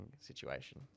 situation